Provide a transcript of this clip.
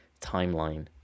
timeline